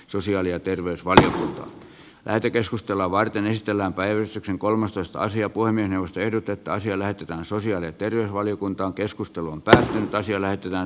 sosiaali ja terveysvaliokunta päätti keskustella varten esitellään päivystyksen kolmastoista sija poimienus ehdotetaan siellä otetaan sosiaali ja terveysvaliokunta keskustelun päähän pääsi löytyvän